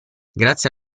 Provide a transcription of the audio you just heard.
grazie